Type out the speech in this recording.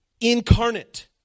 incarnate